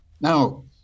Now